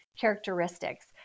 characteristics